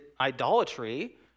idolatry